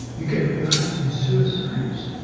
you get a rise in suicides,